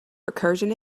recursion